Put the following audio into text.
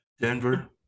Denver